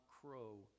crow